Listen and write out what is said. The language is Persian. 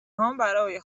هام، برای